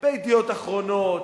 ב"ידיעות אחרונות",